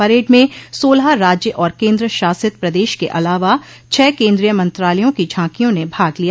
parade में सोलह राज्य और केन्द्र शासित प्रदेश के अलावा छह केन्द्रीय मंत्रालयों की झांकिया न भाग लिया